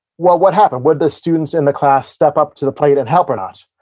what what happened? would the students in the class step up to the plate and help or not?